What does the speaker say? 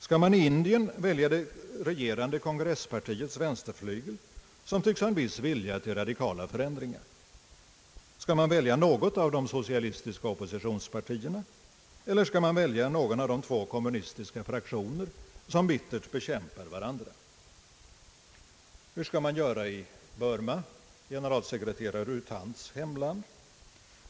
Skall den i Indien välja det regerande kongresspartiets vänsterflygel som tycks ha viss vilja till radikala förändringar? Skall den välja något av de socialistiska oppositionspartierna eller någon av de två kommunistiska fraktioner som bittert bekämpar varandra? Hur skall man göra i Burma, generalsekreterare U Thants hemland?